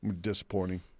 Disappointing